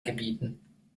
gebieten